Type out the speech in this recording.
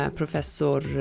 professor